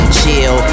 chill